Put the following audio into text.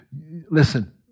Listen